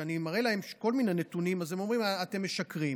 וכשאני מראה להם כל מיני נתונים אז הם אומרים: אתם משקרים.